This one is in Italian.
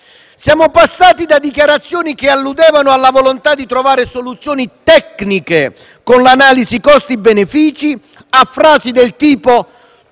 Siamo passati da dichiarazioni che alludevano alla volontà di trovare soluzioni tecniche, con l'analisi costi-benefici, a frasi del tipo: